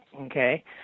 Okay